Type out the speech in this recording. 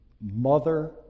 mother